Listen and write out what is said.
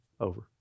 over